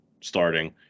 starting